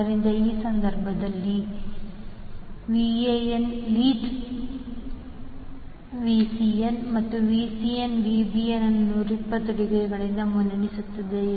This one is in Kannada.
ಆದ್ದರಿಂದ ಈ ಸಂದರ್ಭದಲ್ಲಿ Vanಲೀಡ್ಸ್ Vcn ಮತ್ತು Vcn Vbn ಅನ್ನು 120 ಡಿಗ್ರಿಗಳಿಂದ ಮುನ್ನಡೆಸುತ್ತದೆ